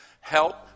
Help